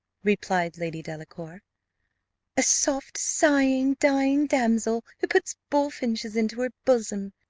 replied lady delacour a soft, sighing, dying damsel, who puts bullfinches into her bosom.